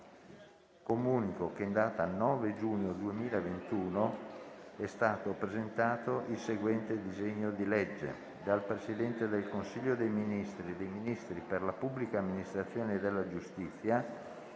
Comunico che in data 9 giugno 2021 è stato presentato il seguente disegno di legge: *dal Presidente del Consiglio dei ministri e dai Ministri per la pubblica amministrazione e della giustizia*